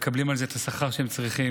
הם מקבלים על זה את השכר שהם צריכים,